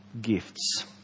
gifts